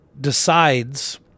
decides